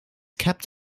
kept